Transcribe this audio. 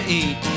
eat